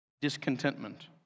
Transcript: Discontentment